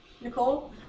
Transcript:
Nicole